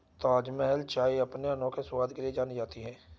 ताजमहल चाय अपने अनोखे स्वाद के लिए जानी जाती है